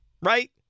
right